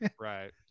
Right